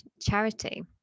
charity